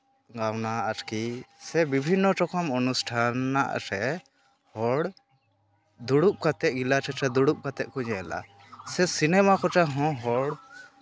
ᱚᱱᱟ ᱟᱨᱠᱤ ᱥᱮ ᱵᱤᱵᱷᱤᱱᱱᱚ ᱨᱚᱠᱚᱢ ᱚᱱᱩᱥᱴᱷᱟᱱ ᱟᱜ ᱨᱮ ᱦᱚᱲ ᱫᱩᱲᱩᱵ ᱠᱟᱛᱮᱫ ᱜᱮᱞᱟᱨᱤ ᱨᱮ ᱫᱩᱲᱩᱵ ᱟᱛᱮᱫ ᱠᱚ ᱧᱮᱞᱟ ᱥᱮ ᱥᱤᱱᱮᱢᱟ ᱠᱚᱨᱮᱫ ᱦᱚᱸ ᱦᱚᱲ